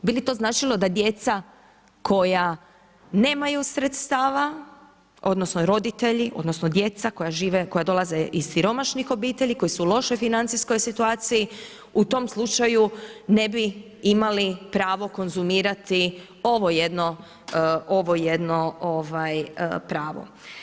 Bi li to značilo da djeca koja nemaju sredstava odnosno roditelji odnosno djeca koja žive, koja dolaze iz siromašnih obitelji koji su u lošoj financijskoj situaciji, u tom slučaju ne bi imali pravo konzumirati ovo jedno pravo.